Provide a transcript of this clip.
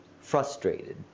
frustrated